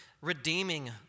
redeeming